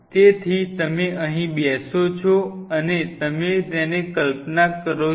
તેથી તમે અહીં બેસો છો અને તમે તેને કલ્પના કરો છો